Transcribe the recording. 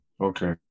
okay